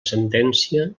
sentència